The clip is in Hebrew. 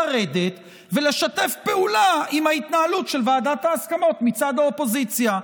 לרדת ולשתף פעולה עם ההתנהלות של ועדת ההסכמות מצד האופוזיציה.